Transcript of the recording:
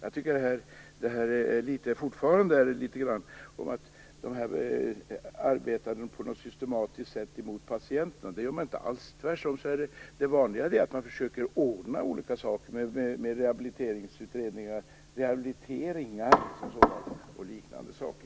Att man på ett systematiskt sätt skulle arbeta mot patienten är inte riktigt. Tvärtom är det vanligt att man försöker ordna med rehabiliteringsutredning, rehabilitering osv.